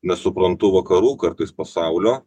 nesuprantu vakarų kartais pasaulio